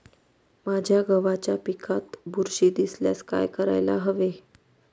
माझ्या गव्हाच्या पिकात बुरशी दिसल्यास काय करायला हवे?